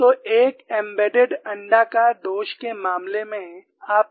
तो एक एम्बेडेड अण्डाकार दोष के मामले में आप क्या पाते हैं